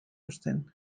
hozten